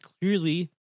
clearly